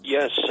Yes